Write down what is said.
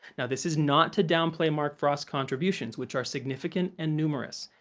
now, this is not to downplay mark frost's contributions, which are significant and numerous.